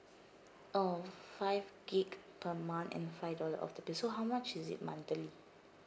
oh five gig per month and five dollar off the bill so how much is it monthly